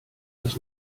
das